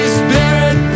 spirit